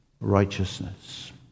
righteousness